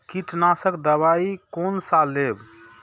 कीट नाशक दवाई कोन सा लेब?